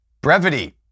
Brevity